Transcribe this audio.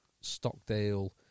Stockdale